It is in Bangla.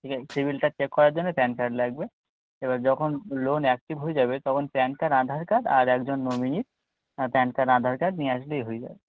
ঠিক আছে সিভিলটা চেক করার জন্য প্যান কার্ড লাগবে এবার যখন লোন অ্যাক্টিভ হয়ে যাবে তখন প্যান কার্ড আধার কার্ড আর একজন নমিনির প্যান কার্ড আধার কার্ড নিয়ে আসলেই হয়ে যাবে